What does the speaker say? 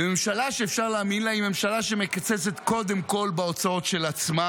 וממשלה שאפשר להאמין לה היא ממשלה שמקצצת קודם כול בהוצאות של עצמה,